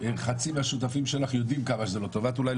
חצי מהשותפים שלך יודעים כמה שזה לא טוב.